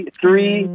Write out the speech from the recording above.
three